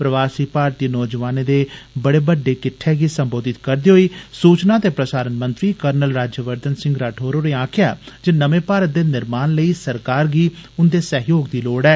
प्रवासी भारतीय नौजवानें दे बडे बड्डे किट्ठै गी सम्बोधित करदे होई सूचना ते प्रसारण मंत्री कर्नल राज्यवर्धन सिंह राठौर होरें आक्खेआ जे नमे भारत दे निर्माण लेई सरकार गी उन्दे सहयोग दी लोड ऐ